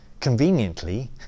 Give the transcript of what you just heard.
conveniently